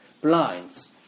blinds